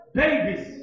babies